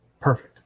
perfect